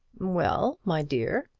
well, my dear,